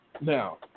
Now